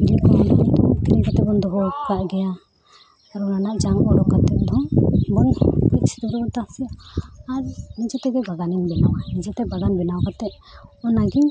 ᱠᱤᱨᱤᱧ ᱠᱟᱛᱮᱫ ᱵᱚᱱ ᱫᱚᱦᱚ ᱠᱟᱜ ᱜᱮᱭᱟ ᱟᱨ ᱚᱱᱟ ᱨᱮᱱᱟᱜ ᱡᱟᱝ ᱩᱰᱩᱠ ᱠᱟᱛᱮᱫ ᱵᱚᱱ ᱟᱨ ᱱᱤᱡᱮ ᱛᱮᱜᱮ ᱵᱟᱜᱟᱱᱤᱧ ᱵᱮᱱᱟᱣᱟ ᱱᱤᱡᱮᱛᱮ ᱵᱟᱜᱟᱱ ᱵᱮᱱᱟᱣ ᱠᱟᱛᱮᱫ ᱚᱱᱟ ᱜᱤᱧ